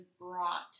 brought